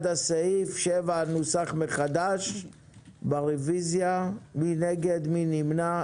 סעיף 7 שנוסח מחדש ברביזיה, מי נגד מי נמנע?